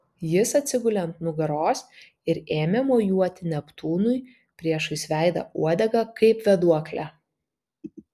jis atsigulė ant nugaros ir ėmė mojuoti neptūnui priešais veidą uodega kaip vėduokle